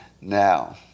Now